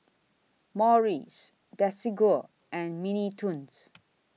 Morries Desigual and Mini Toons